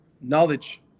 knowledge